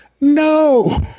no